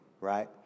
right